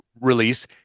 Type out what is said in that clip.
release